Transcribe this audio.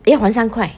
要还三块